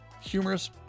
humorous